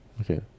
Okay